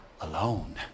alone